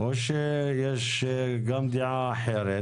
או שיש גם דעה אחרת